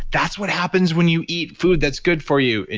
that's what happens when you eat food that's good for you.